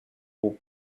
who